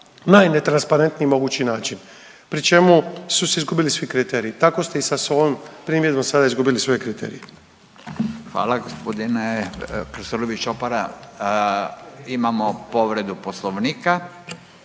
najnetransparentniji mogući način pri čemu su se izgubili svi kriteriji. Tako ste i sa svojom primjedbom sada izgubili sve kriterije. **Radin, Furio (Nezavisni)** Hvala, g. Krstulović